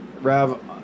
Rav